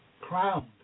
crowned